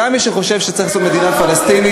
גם מי שחושב שצריך לעשות מדינה פלסטינית,